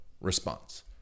response